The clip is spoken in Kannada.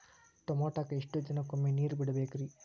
ಟಮೋಟಾಕ ಎಷ್ಟು ದಿನಕ್ಕೊಮ್ಮೆ ನೇರ ಬಿಡಬೇಕ್ರೇ?